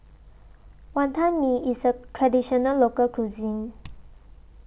Wantan Mee IS A Traditional Local Cuisine